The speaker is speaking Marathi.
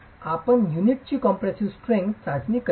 आपण युनिटची कॉम्प्रेसीव स्ट्रेंग्थ चाचणी कशी कराल